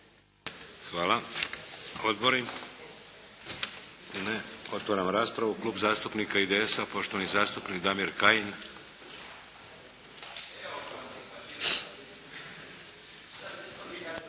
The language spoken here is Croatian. Hvala. Odbori? Ne. Otvaram raspravu. Klub zastupnika IDS-a, poštovani zastupnik Damir Kajin.